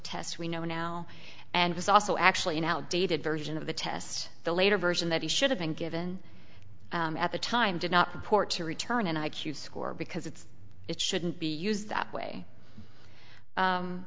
test we know now and was also actually an outdated version of the test the later version that he should have been given at the time did not purport to return an i q score because it's it shouldn't be used that way